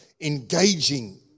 engaging